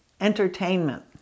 entertainment